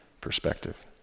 perspective